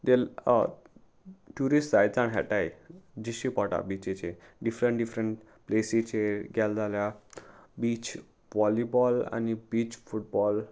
ते ट्युरिस्ट जायत जाण खेळटाय दिश्टी पडटा बिचीचेर डिफरंट डिफरंट प्लेसीचेर गेले जाल्यार बीच वॉलीबॉल आनी बीच फुटबॉल